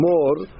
More